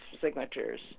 signatures